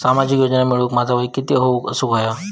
सामाजिक योजना मिळवूक माझा वय किती असूक व्हया?